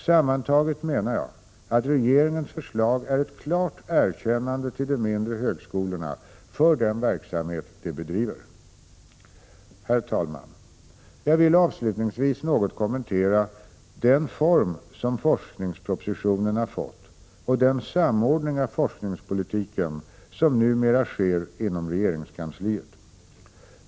Sammantaget menar jag att regeringens förslag är ett klart erkännande till de mindre högskolorna för den verksamhet de bedriver. Herr talman! Jag vill avslutningsvis något kommentera den form som forskningspropositionen har fått och den samordning av forskningspolitiken som numera sker inom regeringskansliet.